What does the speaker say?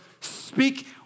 speak